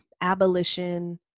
Abolition